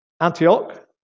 Antioch